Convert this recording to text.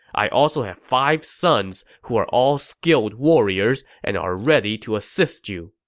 i also have five sons who are all skilled warriors and are ready to assist you.